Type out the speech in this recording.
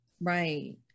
Right